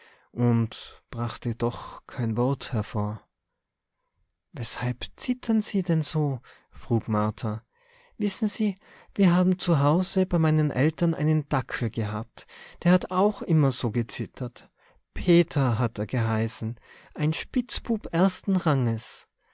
und brachte doch kein wort hervor weshalb zittern sie denn so frug martha wissen sie wir haben zu hause bei meinen eltern einen dackel gehabt der hat auch immer so gezittert peter hat er geheißen ein spitzbub ersten ranges